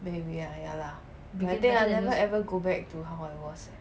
maybe ah ya lah I think ah I'll never ever go back to how I was